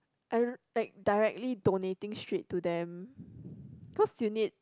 I don't like directly donating straight to them cause you need